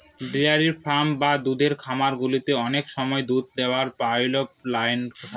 dairy farm বা দুধের খামার গুলোতে অনেক সময় দুধ দোওয়ার পাইপ লাইন থাকে